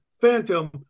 Phantom